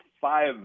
five